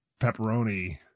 pepperoni